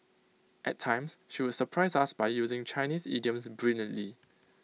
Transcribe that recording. at times she would surprise us by using Chinese idioms brilliantly